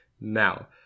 Now